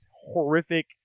horrific